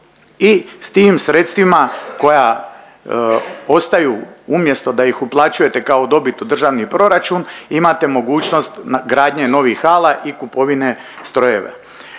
i s tim sredstvima koja ostaju umjesto da ih uplaćujete kao dobit u državni proračun imate mogućnost gradnje novih hala i kupovine strojeva.